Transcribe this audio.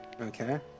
Okay